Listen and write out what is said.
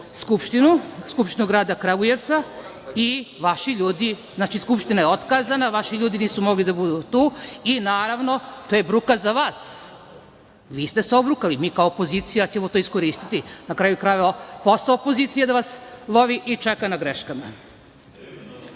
zakazanu Skupštinu Grada Kragujevca i vaši ljudi, znači Skupština je otkazana, vaši ljudi nisu mogli da budu tu i naravno to je bruka za vas. Vi ste se obrukali, mi kao opozicija ćemo to iskoristi. Na kraju krajeva, posao opozicije je da vas lovi i čeka na greškama. Osnovno